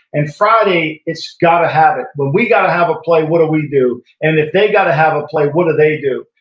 and friday its got to have it. when we've got to have a play what do we do? and if they've got to have a play what do they do?